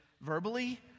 verbally